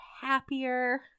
happier